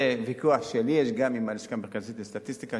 זה ויכוח שגם לי יש עם הלשכה המרכזית לסטטיסטיקה,